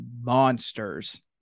monsters